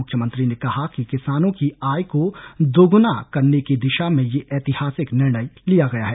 मुख्यमंत्री ने कहा कि किसानों की आय को दोगुना करने दिशा में यह ऐतिहासिक निर्णय लिया गया है